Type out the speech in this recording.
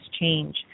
change